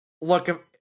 look